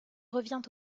revient